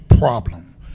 problem